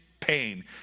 pain